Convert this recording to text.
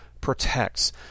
Protects